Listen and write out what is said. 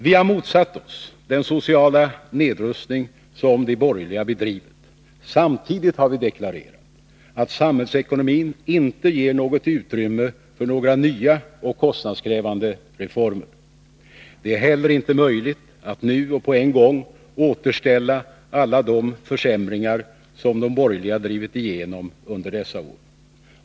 Vi har motsatt oss den sociala nedrustning som de borgerliga bedrivit. Samtidigt har vi deklarerat att samhällsekonomin inte ger något utrymme för några nya och kostnadskrävande reformer. Det är inte heller möjligt att nu och på en gång återställa alla de försämringar som de borgerliga drivit igenom under dessa år.